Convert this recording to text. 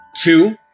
Two